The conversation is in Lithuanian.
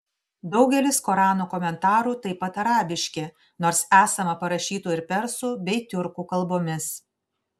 daugelis korano komentarų taip pat arabiški nors esama parašytų ir persų bei tiurkų kalbomis